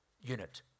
unit